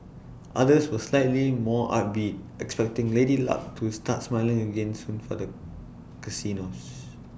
others were slightly more upbeat expecting lady luck to start smiling again soon for the casinos